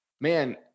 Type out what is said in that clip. man